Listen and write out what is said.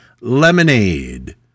Lemonade